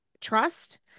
trust